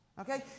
okay